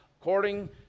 according